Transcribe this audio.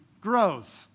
grows